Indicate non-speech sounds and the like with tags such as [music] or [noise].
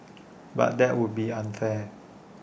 [noise] but that would be unfair